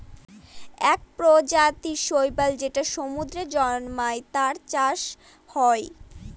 এক প্রজাতির শৈবাল যেটা সমুদ্রে জন্মায়, তার চাষ হয়